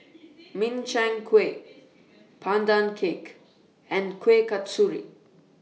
Min Chiang Kueh Pandan Cake and Kueh Kasturi